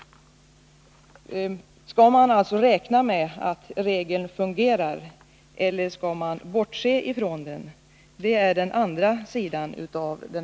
Skall man alltså räkna med att regeln fungerar, eller skall man bortse från den?